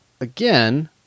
again